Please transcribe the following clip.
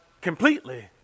completely